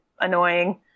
annoying